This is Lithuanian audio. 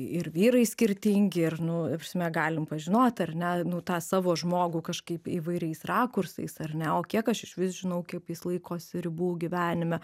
ir vyrai skirtingi ir nu ta prasme galim pažinot ar ne nu tą savo žmogų kažkaip įvairiais rakursais ar ne o kiek aš išvis žinau kaip jis laikosi ribų gyvenime